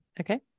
Okay